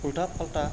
उल्था फाल्था